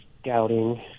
scouting